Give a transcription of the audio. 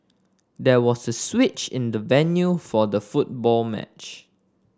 there was a switch in the venue for the football match